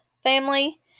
family